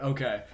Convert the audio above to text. Okay